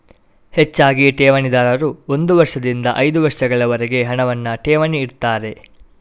ಹೆಚ್ಚಾಗಿ ಠೇವಣಿದಾರರು ಒಂದು ವರ್ಷದಿಂದ ಐದು ವರ್ಷಗಳವರೆಗೆ ಹಣವನ್ನ ಠೇವಣಿ ಇಡ್ತಾರೆ